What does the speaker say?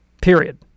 Period